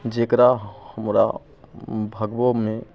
जकरा हमरा भगबऽमे